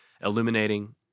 illuminating